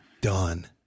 done